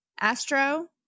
Astro